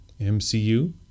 MCU